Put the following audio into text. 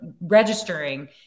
registering